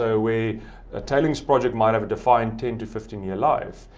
so a a tailings project might have a defined ten fifteen year life,